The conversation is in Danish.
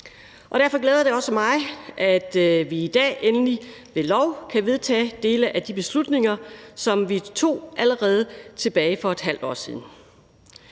Og derfor glæder det også mig, at vi i dag endelig med lovforslaget kan vedtage dele af de beslutninger, som vi tog allerede tilbage for et halvt år siden.